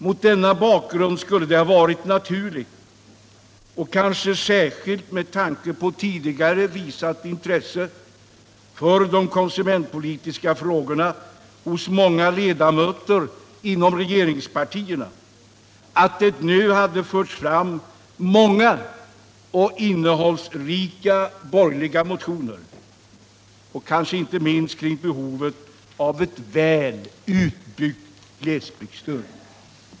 Mot denna bakgrund skulle det ha varit naturligt, kanske särskilt med tanke på tidigare visat intresse för de konsumentpolitiska frågorna hos många ledamöter inom regeringspartierna, att det nu väckts många och innehållsrika borgerliga motioner, inte minst om behovet av ett väl utvecklat glesbygdsstöd.